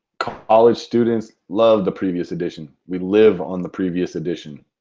college students love the previous edition. we live on the previous edition.